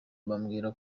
bambwira